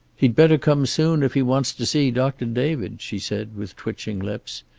he'd better come soon if he wants to see doctor david, she said, with twitching lips.